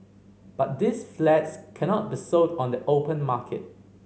but these flats cannot be sold on the open market